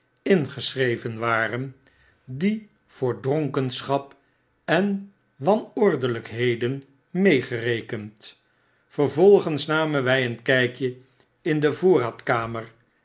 ingeschreven waren die voor dronkenschap en wanordelijkheden meegerekend vervolgens namen wijeenkpje in de voorraad kamer